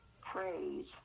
praise